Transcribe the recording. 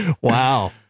Wow